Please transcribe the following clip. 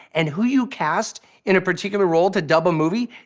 and who you cast in a particular role to dub a movie,